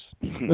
Yes